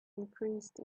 increased